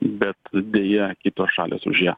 bet deja kitos šalys už ją